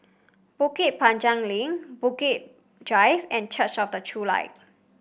Bukit Panjang Link Bukit Drive and Church of the True Light